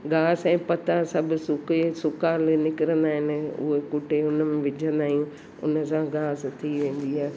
घासि ऐं पता सभु सुके सुका निकिरंदा आहिनि उहे कुटे उन में विझंदा आहियूं उन सां घास थी वेंदी आहे